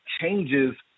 changes